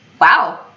wow